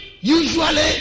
usually